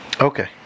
Okay